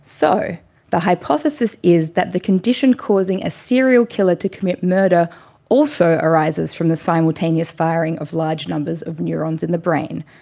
so the hypothesis is that the condition causing a serial killer to commit murder also arises from the simultaneous firing of large numbers of neurons in the brain.